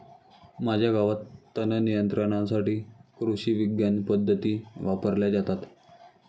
माझ्या गावात तणनियंत्रणासाठी कृषिविज्ञान पद्धती वापरल्या जातात